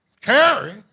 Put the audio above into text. carry